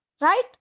Right